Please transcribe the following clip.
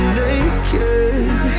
naked